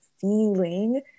feeling